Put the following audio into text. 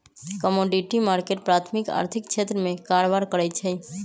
commodity market प्राथमिक आर्थिक क्षेत्र में कारबार करै छइ